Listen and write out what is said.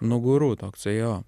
nu guru toksai jo